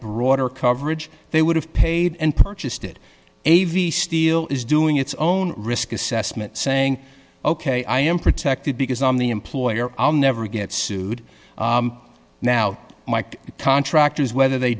broader coverage they would have paid and purchased it avi steele is doing its own risk assessment saying ok i am protected because i'm the employer i'll never get sued now mike contractors whether they